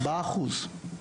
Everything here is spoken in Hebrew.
ארבעה אחוז.